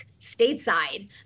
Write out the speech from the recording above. stateside